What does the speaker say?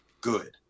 good